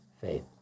faith